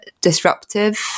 disruptive